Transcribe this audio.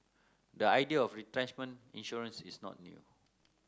the idea of retrenchment insurance is not new